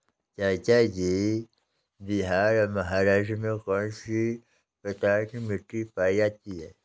चाचा जी बिहार और महाराष्ट्र में कौन सी प्रकार की मिट्टी पाई जाती है?